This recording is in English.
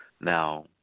Now